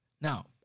Now